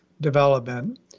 development